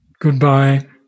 Goodbye